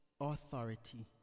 authority